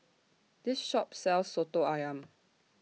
This Shop sells Soto Ayam